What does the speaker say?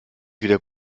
wieder